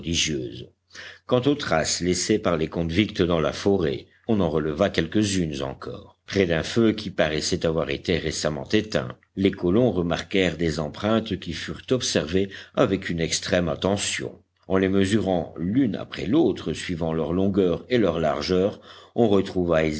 quant aux traces laissées par les convicts dans la forêt on en releva quelques-unes encore près d'un feu qui paraissait avoir été récemment éteint les colons remarquèrent des empreintes qui furent observées avec une extrême attention en les mesurant l'une après l'autre suivant leur longueur et leur largeur on retrouva